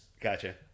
Gotcha